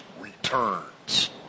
returns